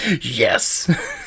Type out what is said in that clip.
yes